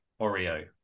Oreo